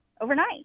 Overnight